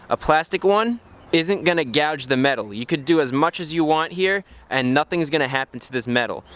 a plastic one isn't going to gouge the metal. you could do as much as you want here and nothing is going to happen to this metal.